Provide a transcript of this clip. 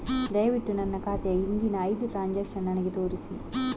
ದಯವಿಟ್ಟು ನನ್ನ ಖಾತೆಯ ಹಿಂದಿನ ಐದು ಟ್ರಾನ್ಸಾಕ್ಷನ್ಸ್ ನನಗೆ ತೋರಿಸಿ